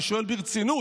אני שואל ברצינות.